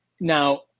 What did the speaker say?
Now